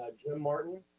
ah jim martin.